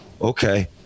okay